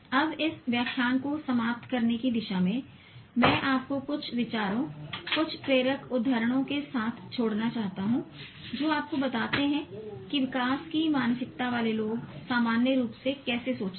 अब इस व्याख्यान को समाप्त करने की दिशा में मैं आपको कुछ विचारों कुछ प्रेरक उद्धरणों के साथ छोड़ना चाहता हूं जो आपको बताते हैं कि विकास की मानसिकता वाले लोग सामान्य रूप से कैसे सोचते हैं